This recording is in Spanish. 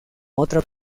otra